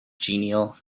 genial